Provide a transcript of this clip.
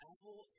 Apple